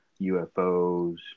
UFOs